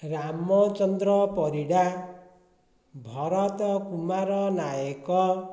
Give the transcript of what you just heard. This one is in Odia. ରାମଚନ୍ଦ୍ର ପରିଡା ଭରତ କୁମାର ନାଏକ